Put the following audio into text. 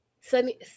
Sunny